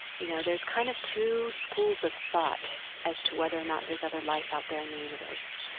you know, there's kind of two schools of thought as to whether or not there's other life out there in the universe.